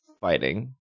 fighting